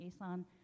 ASAN